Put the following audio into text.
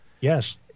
Yes